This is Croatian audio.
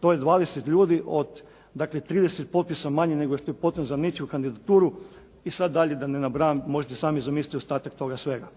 to je 20 ljudi od dakle 30 potpisa manje nego što je potrebno za nečiju kandidaturu i sada dalje da ne nabrajam, možete sami zamisliti ostatak toga svega.